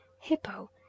hippo